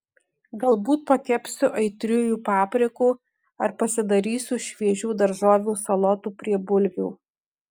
galbūt pakepsiu aitriųjų paprikų ar pasidarysiu šviežių daržovių salotų prie bulvių